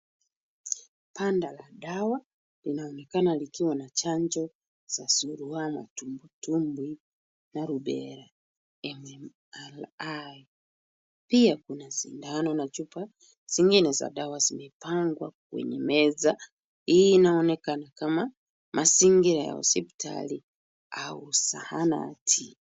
Banda la dawa linaonekana likiwa na chanjo za Surua, Matumbwitumbwi na Rubella MMR. Pia kuna sindano na chupa zingine za dawa zimepangwa kwenye meza. Hii inaonekana kama mazingira ya hospitali au zahanati.